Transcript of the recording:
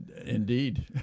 Indeed